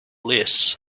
less